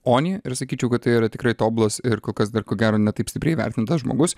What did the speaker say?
oni ir sakyčiau kad tai yra tikrai tobulas ir kol kas dar ko gero ne taip stipriai įvertintas žmogus